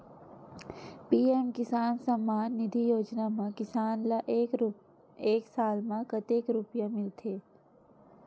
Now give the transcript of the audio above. PM Kisan Samman Nidhi Yojana म किसान ल एक साल म कतेक रुपिया मिलथे?